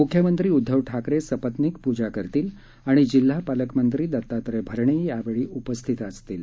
मुख्यमंत्री उद्घव ठाकरे सपत्निक पूजा करतील आणि जिल्हा पालकमंत्री दत्तात्रय भरणे त्यावेळी उपस्थित असतील